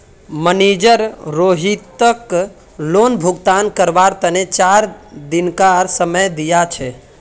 manager रोहितक loan भुगतान करवार तने चार दिनकार समय दिया छे